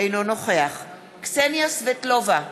אינו נוכח קסניה סבטלובה,